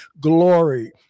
glory